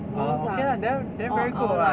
orh okay lah then then very good [what]